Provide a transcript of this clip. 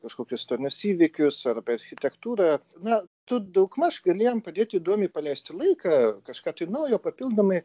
kažkokį istorinius įvykius arba architektūrą na tu daugmaž gali jam padėti įdomiai praleisti laiką kažką naujo papildomai